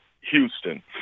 Houston